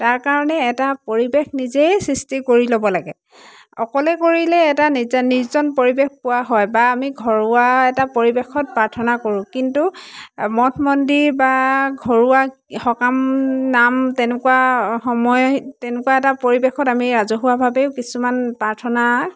তাৰ কাৰণে এটা পৰিৱেশ নিজেই সৃষ্টি কৰি ল'ব লাগে অকলে কৰিলে এটা নিজান নিৰ্জন পৰিৱেশ পোৱা হয় বা আমি ঘৰুৱা এটা পৰিৱেশত প্ৰাৰ্থনা কৰোঁ কিন্তু মঠ মন্দিৰ বা ঘৰুৱা সকাম নাম তেনেকুৱা সময় তেনেকুৱা এটা পৰিৱেশত আমি ৰাজহুৱাভাৱেও কিছুমান প্ৰাৰ্থনা